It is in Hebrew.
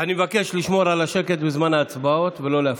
אני מבקש לשמור על השקט בזמן ההצבעות ולא להפריע.